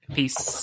Peace